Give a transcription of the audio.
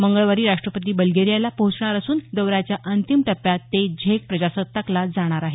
मंगळवारी राष्ट्रपती बल्गेरियाला पोहोचणार असून दौऱ्याच्या अंतिम टप्प्यात ते झेक प्रजासत्ताकला जाणार आहेत